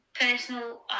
personal